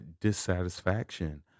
dissatisfaction